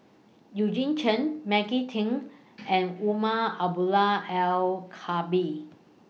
Eugene Chen Maggie Teng and Umar Abdullah Al Khatib